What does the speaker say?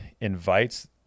invites